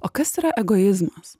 o kas yra egoizmas